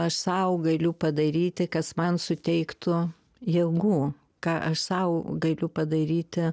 aš sau galiu padaryti kas man suteiktų jėgų ką aš sau galiu padaryti